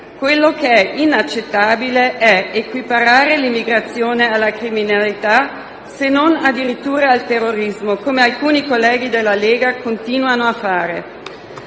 Quello che è inaccettabile è equiparare l'immigrazione alla criminalità, se non addirittura al terrorismo, come alcuni colleghi della Lega continuano a fare.